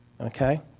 Okay